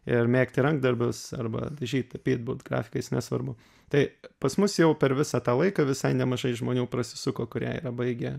ir mėgti rankdarbius arba dažyt tapyt būt grafikais nesvarbu tai pas mus jau per visą tą laiką visai nemažai žmonių prasisuko kurie yra baigę